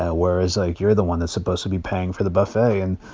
ah whereas, like, you're the one that's supposed to be paying for the buffet. and,